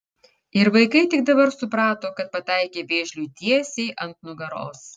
ir vaikai tik dabar suprato kad pataikė vėžliui tiesiai ant nugaros